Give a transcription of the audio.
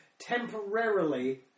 Temporarily